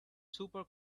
super